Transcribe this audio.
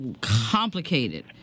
complicated